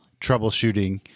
troubleshooting